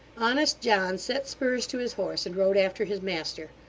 honest john set spurs to his horse and rode after his master,